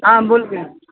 हां बोल की